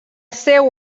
seu